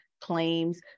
claims